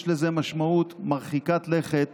יש לזה משמעות מרחיקת לכת